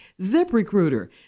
ZipRecruiter